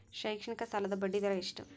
ಶೈಕ್ಷಣಿಕ ಸಾಲದ ಬಡ್ಡಿ ದರ ಎಷ್ಟು?